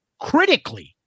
critically